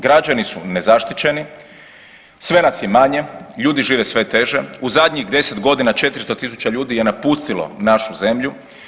Građani su nezaštićeni, sve nas je manje, ljudi žive sve teže, u zadnjih 10 godina 400 000 ljudi je napustilo našu zemlju.